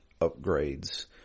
upgrades